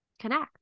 connect